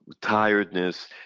tiredness